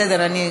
התשע"ה 2015,